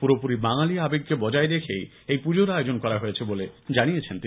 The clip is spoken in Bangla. পুরোপুরি বাঙালি আবেগকে বজায় রেখেই এই পুজোর আয়োজন করা হয়েছে বলে জানিয়েছেন তিনি